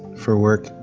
for work,